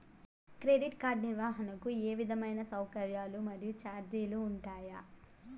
Credit card నిర్వహణకు ఏ విధమైన సౌకర్యాలు మరియు చార్జీలు ఉంటాయా?